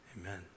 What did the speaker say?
Amen